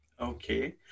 Okay